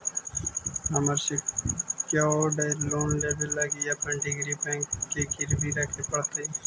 हमरा secured loan लेबे लागी अपन डिग्री बैंक के गिरवी रखे पड़तई